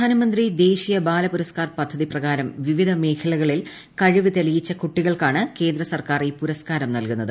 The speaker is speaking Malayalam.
പ്രധാനമന്ത്രി ദേശീയ ബാല പുരസ്കാർ പദ്ധത്തിപ്പ്കാ്രം വിവിധ മേഖലകളിൽ കഴിവ് തെളിയിച്ച കുട്ടികൾക്കാണ് കേന്ദ്ര സർക്കാർ ഈ പുരസ്കാരം നൽകുന്നത്